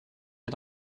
est